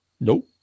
Nope